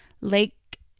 Lake